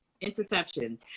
Interception